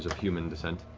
human descent.